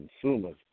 consumers